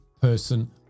person